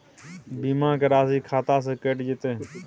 बीमा के राशि खाता से कैट जेतै?